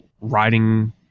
riding